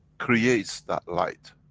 creates that light.